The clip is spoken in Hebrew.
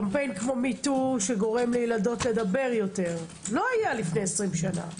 קמפיין כמו ME2 שגורם לילדות לדבר יותר לא היה לפני 20 שנה.